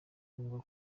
ngombwa